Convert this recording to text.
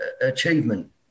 achievement